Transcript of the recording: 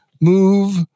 move